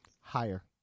higher